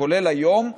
כולל היום,